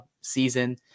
season